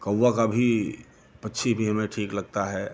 कौआ का भी पक्षी भी हमें ठीक लगता है